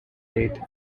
date